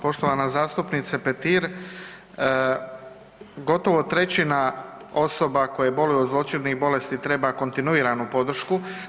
Poštovana zastupnice Petir, gotovo trećina osoba koje boluju od zloćudnih bolesti treba kontinuiranu podršku.